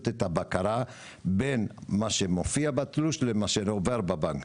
את הבקרה בין מה שמופיע לבין מה שעובר בבנק.